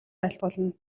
айлтгуулна